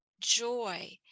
joy